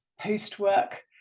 post-work